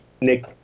Nick